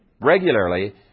regularly